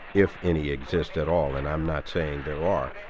if any exist at all, and i am not saying they are.